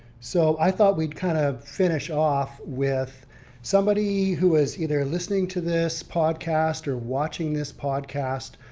so i thought we'd kind of finish off with somebody who was either listening to this podcast or watching this podcast.